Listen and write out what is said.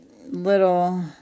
little